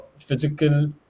physical